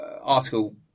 article